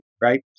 right